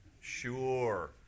sure